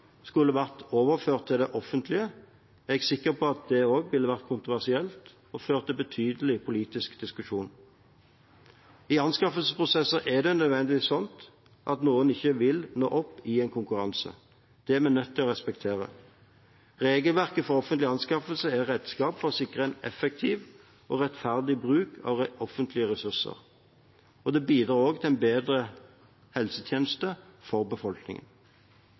skulle vært overført til det offentlige, er jeg sikker på at det også ville vært kontroversielt og ført til betydelig politisk diskusjon. I anskaffelsesprosesser er det nødvendigvis slik at noen ikke vil nå opp i en konkurranse. Det er vi nødt til å respektere. Regelverket for offentlige anskaffelser er et redskap for å sikre en effektiv og rettferdig bruk av offentlige ressurser. Det bidrar også til en bedre helsetjeneste for befolkningen.